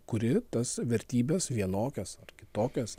kuri tas vertybes vienokias ar kitokias